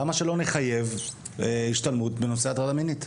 למה שלא נחייב השתלמות בנושא הטרדה מינית?